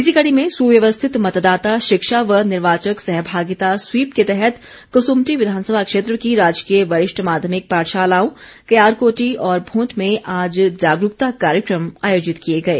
इसी कड़ी में सुव्यवस्थित मतदाता शिक्षा व निर्वाचक सहभागिता स्वीप के तहत कसुम्पटी विधानसभा क्षेत्र की राजकीय वरिष्ठ माध्यमिक पाठशालाओं क्यार कोटी और भोंट में आज जागरूकता कार्यक्रम आयोजित किए गए